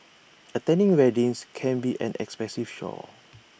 attending weddings can be an expensive chore